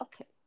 okay